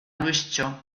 luistxo